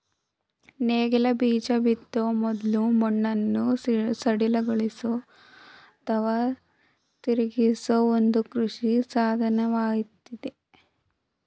ನೇಗಿಲು ಬೀಜ ಬಿತ್ತೋ ಮೊದ್ಲು ಮಣ್ಣನ್ನು ಸಡಿಲಗೊಳಿಸಲು ಅಥವಾ ತಿರುಗಿಸೋ ಒಂದು ಕೃಷಿ ಸಾಧನವಾಗಯ್ತೆ